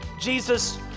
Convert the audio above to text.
Jesus